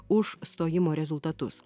už stojimo rezultatus